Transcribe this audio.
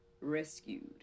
rescued